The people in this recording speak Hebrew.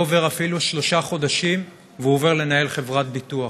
לא עוברים אפילו שלושה חודשים והוא עובר לנהל חברת ביטוח.